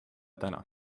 täna